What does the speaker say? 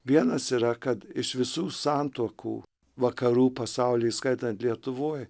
vienas yra kad iš visų santuokų vakarų pasauly įskaitant lietuvoj